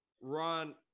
Ron